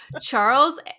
Charles